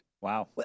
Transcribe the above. Wow